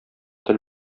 тел